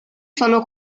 sono